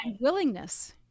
willingness